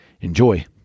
Enjoy